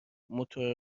موتورا